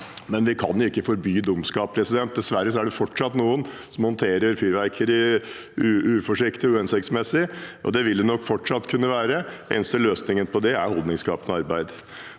Vi kan ikke forby dumskap. Dessverre er det fortsatt noen som håndterer fyrverkeri uforsiktig og uhensiktsmessig, og det vil nok fortsatt kunne skje. Den eneste løsningen på det er holdningsskapende arbeid.